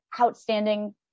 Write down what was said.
outstanding